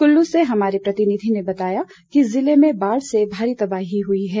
कुल्लू से हमारे प्रतिनिधि ने बताया कि जिले में बाढ़ से भारी तबाही हुई है